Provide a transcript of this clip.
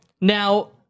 now